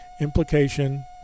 implication